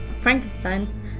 Frankenstein